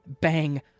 Bang